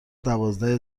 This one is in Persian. دوازده